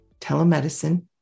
telemedicine